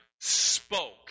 spoke